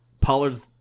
Pollard's